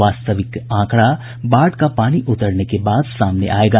वास्तविक आंकड़ा बाढ़ का पानी उतरने के बाद सामने आयेगा